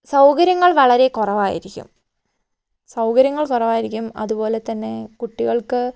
സൗകര്യങ്ങൾ വളരെ കുറവായിരിക്കും സൗകര്യങ്ങൾ കുറവായിരിക്കും അതുപോലെത്തന്നെ കുട്ടികൾക്ക്